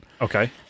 Okay